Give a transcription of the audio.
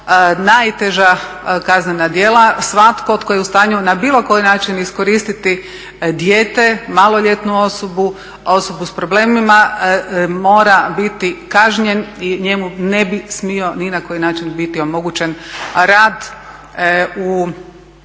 najteža kaznena djela. Svatko tko je u stanju na bilo koji način iskoristiti dijete, maloljetnu osobu, osobu s problemima mora biti kažnjen i njemu ne bi smio ni na koji način biti omogućen rad u